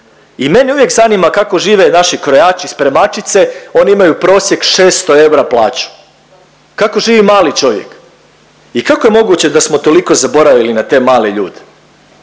I mene uvijek zanima kako žive naši krojači i spremačice oni imaju prosjek 600 eura plaću. Kako živi mali čovjek? I kako je moguće da smo toliko zaboravili na te male ljude.